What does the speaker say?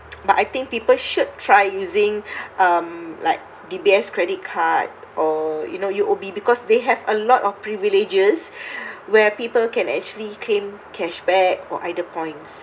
but I think people should try using um like D_B_S credit card or you know U_O_B because they have a lot of privileges where people can actually claim cashback or either points